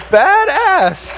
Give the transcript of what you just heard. badass